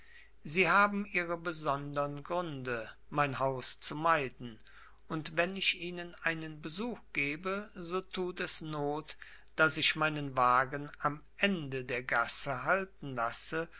sie haben ihre besondern gründe mein haus zu meiden und wenn ich ihnen einen besuch gebe so tut es not daß ich meinen wagen am ende der gasse halten lasse